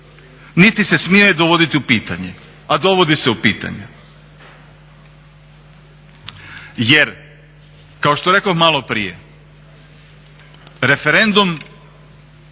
niti se smije dovoditi u pitanje, a dovodi se u pitanje. Jer kao što rekoh maloprije referendum